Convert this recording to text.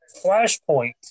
Flashpoint